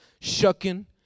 shucking